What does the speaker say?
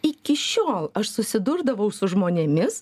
iki šiol aš susidurdavau su žmonėmis